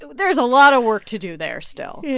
there is a lot of work to do there still. yeah